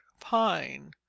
pine